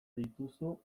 dituzu